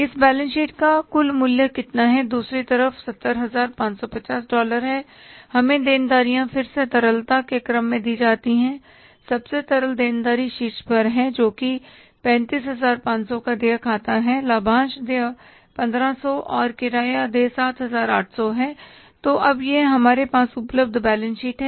इस balance sheet का कुल मूल्य कितना है दूसरी तरफ 70550 डॉलर है हमें देनदारियां फिर से तरलता के क्रम में दी जाती हैंसबसे तरल देनदारी शीर्ष पर है जोकि 35500 का देय खाता हैं लाभांश देय 1500 और किराया देय 7800 है तो अब यह हमारे पास उपलब्ध बैलेंस शीट है